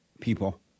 people